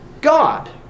God